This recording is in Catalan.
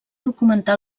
documentar